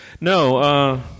No